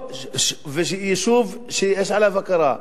יישוב שיש עליו הכרה,